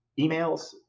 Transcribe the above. emails